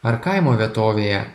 ar kaimo vietovėje